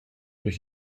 durch